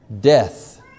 Death